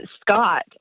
Scott